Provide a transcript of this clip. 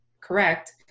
correct